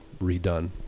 redone